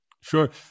Sure